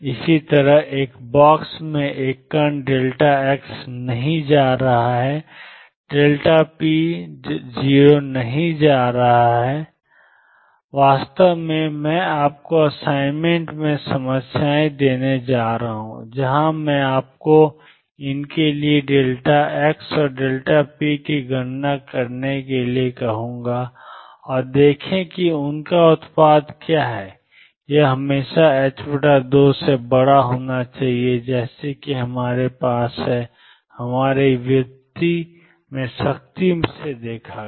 इसी तरह एक बॉक्स में एक कण x नहीं जा रहा है 0p 0 नहीं होने जा रहा है वास्तव में मैं आपको असाइनमेंट में समस्याएं देने जा रहा हूं जहां मैं आपको इनके लिए x और p की गणना करने के लिए कहूंगा और देखें कि उनका उत्पाद क्या है यह हमेशा 2 से बड़ा होना चाहिए जैसा कि हमारे पास है हमारी व्युत्पत्ति में सख्ती से देखा गया